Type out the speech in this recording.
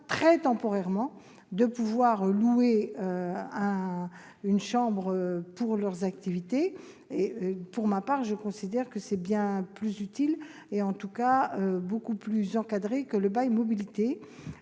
très temporairement de louer une chambre pour leurs activités. Pour ma part, je considère que c'est bien plus utile, en tout cas beaucoup plus encadré que le bail mobilité,